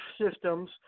systems